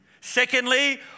Secondly